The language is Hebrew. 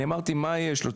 אני אמרתי מה יש לו,